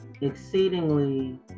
exceedingly